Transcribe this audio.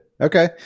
Okay